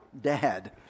dad